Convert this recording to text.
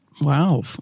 Wow